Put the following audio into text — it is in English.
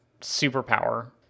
superpower